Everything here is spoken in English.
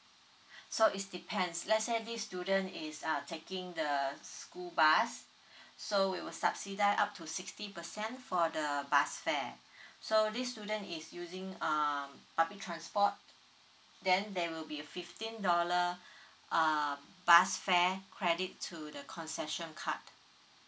so is depends let's say this student is uh taking the school bus so we will subsidize up to sixty percent for the bus fare so this student is using um public transport then there will be fifteen dollar uh bus fare credit to the concession card